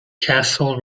castle